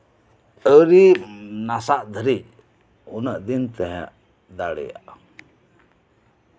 ᱟᱹᱣᱨᱤ ᱱᱟᱥᱟᱜ ᱫᱷᱟᱹᱨᱤᱡ ᱩᱱᱟᱹᱜ ᱫᱤᱱ ᱛᱟᱦᱮᱸ ᱫᱟᱲᱮᱭᱟᱜᱼᱟ